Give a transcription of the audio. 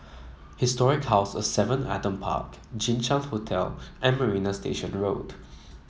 Historic House of Seven Adam Park Jinshan Hotel and Marina Station Road